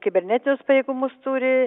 kibernetinius pajėgumus turi